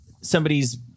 somebody's